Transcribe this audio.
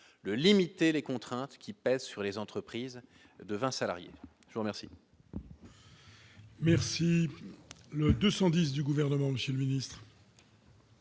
le limiter les contraintes qui pèsent sur les entreprises de 20 salariés sur leur site.